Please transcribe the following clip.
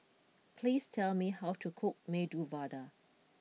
please tell me how to cook Medu Vada